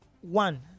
One